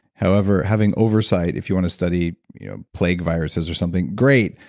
however, having oversight if you want to study plague viruses or something, great!